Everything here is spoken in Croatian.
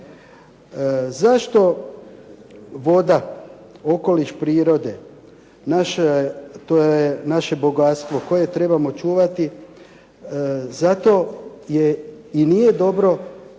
zašto voda, okoliš prirode, to je naše bogatstvo koje trebamo čuvati, zato i nije dobro